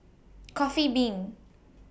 Coffee Bean